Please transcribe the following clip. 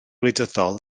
wleidyddol